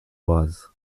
was